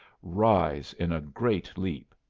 rise in a great leap.